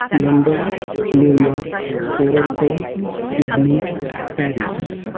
London New York Toronto Sydney Paris